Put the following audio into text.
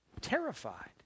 terrified